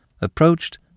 approached